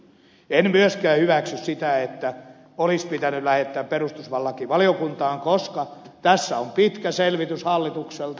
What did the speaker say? en myöskään hyväksy sitä että tämä olisi pitänyt lähettää perustuslakivaliokuntaan koska tässä on pitkä selvitys hallitukselta